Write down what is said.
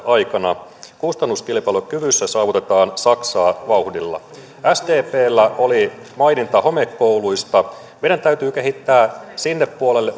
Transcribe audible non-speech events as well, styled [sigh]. [unintelligible] aikana kustannuskilpailukyvyssä saavutetaan saksaa vauhdilla sdpllä oli maininta homekouluista meidän täytyy kehittää sinne puolelle [unintelligible]